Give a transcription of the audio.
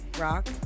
Rock